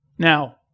Now